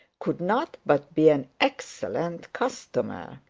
could not but be an excellent customer.